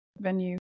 venue